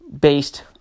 Based